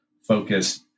focus